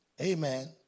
Amen